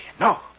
no